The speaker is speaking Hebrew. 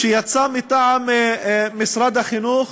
שיצא מטעם משרד החינוך